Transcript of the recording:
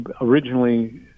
originally